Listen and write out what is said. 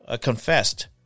confessed